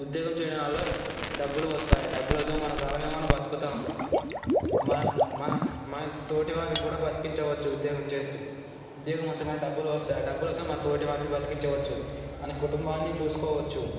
ఉద్యోగం చేయడం వల్ల డబ్బులు వస్తాయి డబ్బులతో మన కాళ్ళ మీద మనం బతుకుతాం మనం మనం మన తోటి వారికి కూడా బతికించవచ్చు ఉద్యోగం చేస్తూ ఉద్యోగం వస్తే మనకు డబ్బులు వస్తే డబ్బులతో మా తోటి వారిని బతికించవచ్చు మన కుటుంబాన్ని చూసుకోవచ్చు